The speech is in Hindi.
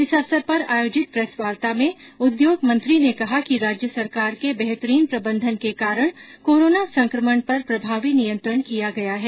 इस अवसर पर आयोजित प्रेस वार्ता में उद्योग मंत्री ने कहा कि राज्य सरकार के बेहतरीन प्रबंधन के कारण कोरोना संकमण पर प्रभावी नियंत्रण किया गया है